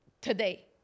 today